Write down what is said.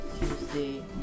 Tuesday